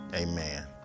Amen